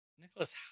Nicholas